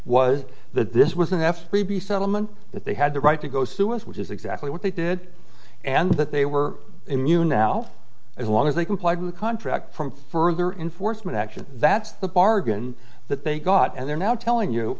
was that this was an f three b settlement that they had the right to go sue us which is exactly what they did and that they were immune now as long as they complied with a contract from further in forstmann action that's the bargain that they got and they're now telling you